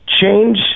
change